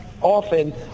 often